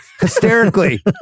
hysterically